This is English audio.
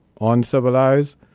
Uncivilized